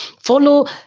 follow